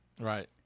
right